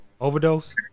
Overdose